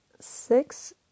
six